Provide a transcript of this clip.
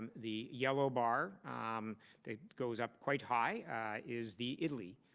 um the yellow bar um that goes up quite high is the italy,